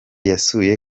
yasuye